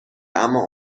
اما